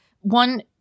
one